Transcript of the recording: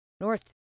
north